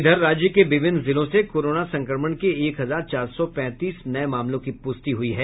इधर राज्य के विभिन्न जिलों से कोरोना संक्रमण के एक हजार चार सौ पैंतीस नये मामलों की पुष्टि हुई है